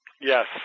Yes